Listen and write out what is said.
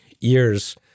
years